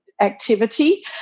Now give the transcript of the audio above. activity